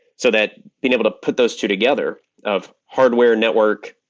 so that being able to put those two together of hardware network,